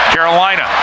Carolina